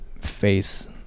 face